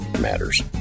matters